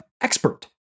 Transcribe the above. expert